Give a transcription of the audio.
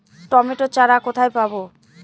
Tomato চারা কোথায় পাবো?